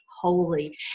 holy